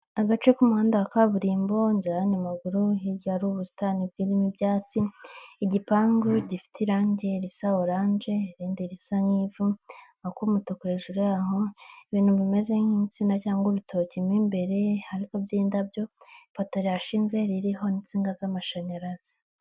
Agace k'umuhanda wa kaburimbo, inzira y'abanyamaguru, hirya hari ubusitani burimo ibyatsi, igipangu gifite irangi risa orange, irinde risa nk'ivu, akumutuku hejuru yaho, ibintu bimeze nk'insina cyangwa urutoki m'imbere hari iby'indabyo ipoto rihashinze ririho insinga z'amashanyarazi.